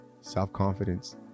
self-confidence